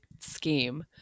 scheme